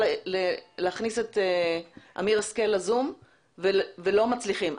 להכניס את אמיר השכל ל-זום ולא מצליחים.